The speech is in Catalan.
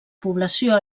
població